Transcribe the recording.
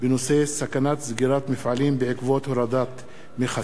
סכנת סגירת מפעלים בעקבות הורדת מכסים,